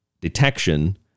detection